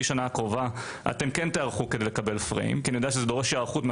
השנה הקרובה כן תיערכו לקבל פריים כי אני יודע שזה דורש היערכות.